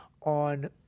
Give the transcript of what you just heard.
on